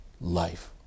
life